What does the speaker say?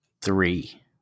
Three